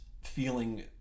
feeling